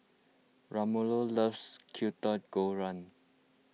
Ramiro loves Kwetiau Goreng